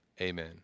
Amen